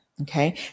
Okay